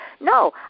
No